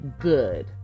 good